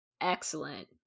excellent